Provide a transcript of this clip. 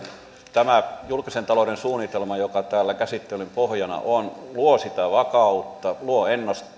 tämä julkisen talouden suunnitelma joka täällä käsittelyn pohjana on luo sitä vakautta luo